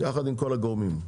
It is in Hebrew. יחד עם כל הגורמים.